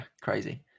Crazy